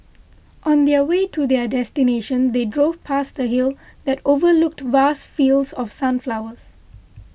on the way to their destination they drove past a hill that overlooked vast fields of sunflowers